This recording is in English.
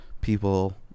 people